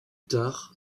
tard